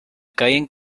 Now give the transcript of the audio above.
caín